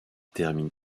termine